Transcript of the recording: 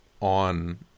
on